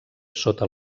sota